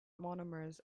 monomers